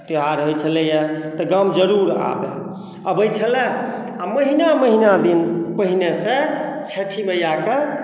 त्यौहार होइत छलै हँ तऽ गाम जरूर अबैत छलै आ महिना महिना दिन पहिनेसंँ छठि मैयाके